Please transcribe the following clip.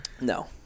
No